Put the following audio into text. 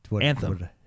Anthem